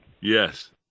Yes